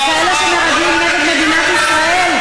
על כאלה שמרגלים נגד מדינת ישראל?